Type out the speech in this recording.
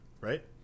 right